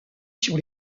sur